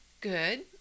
good